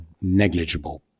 negligible